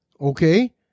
okay